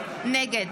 נגד